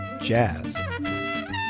jazz